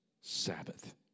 Sabbath